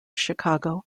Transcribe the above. chicago